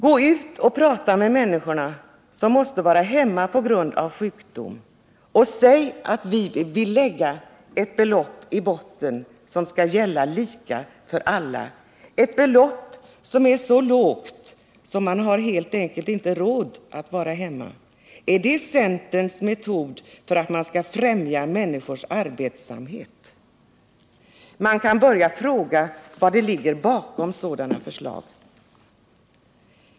Gå då ut och tala med de människor som måste vara hemma på grund av sjukdom och säg att ni vill lägga ett belopp i botten som skall vara detsamma för alla, ett belopp som är så lågt att man helt enkelt inte har råd att vara hemma. Är detta centerns metod att främja människors arbetsamhet? Man kan fråga vad som ligger bakom sådana förslag.